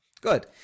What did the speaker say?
Good